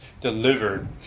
delivered